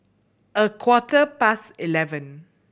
a quarter past eleven